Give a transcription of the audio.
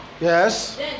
Yes